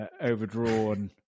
overdrawn